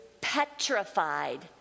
petrified